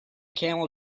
camel